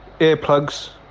earplugs